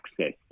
access